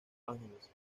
ángeles